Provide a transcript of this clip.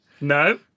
No